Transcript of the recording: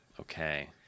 Okay